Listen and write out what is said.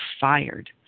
fired